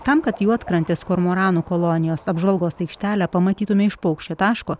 tam kad juodkrantės kormoranų kolonijos apžvalgos aikštelę pamatytume iš paukščio taško